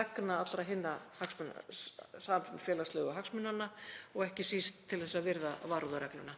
vegna allra hinna samfélagslegu hagsmunanna og ekki síst til að virða varúðarregluna.